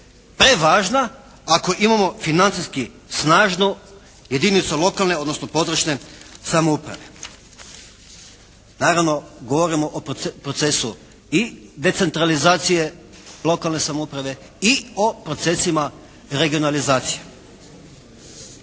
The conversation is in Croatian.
prevažna ako imamo financijski snažnu jedinicu lokalne, odnosno područne samouprave. Naravno govorimo o procesu i decentralizacije lokalne samouprave i o procesima regionalizacije.